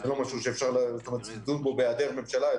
זה לא משהו שאפשר לדון בו בהיעדר ממשלה,